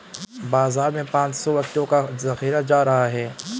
बाजार में पांच सौ व्यक्तियों का जखीरा जा रहा है